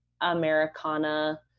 Americana